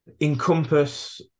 encompass